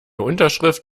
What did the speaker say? unterschrift